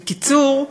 בקיצור,